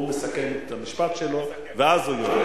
הוא מסכם את המשפט שלו ואז הוא יורד.